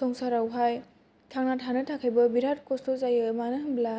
संसाराव हाय थांना थानो थाखाय बो बिराथ खस्थ' जायो मानो होनब्ला